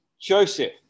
Joseph